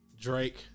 Drake